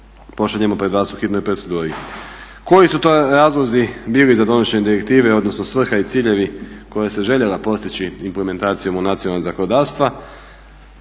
pošaljemo pred vas u hitnoj proceduri. Koji su to razlozi bili za donošenje direktive, odnosno svrha i ciljevi koja se željela postići implementacijom u nacionalna zakonodavstva?